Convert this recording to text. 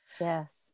Yes